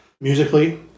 musically